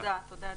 תודה רבה,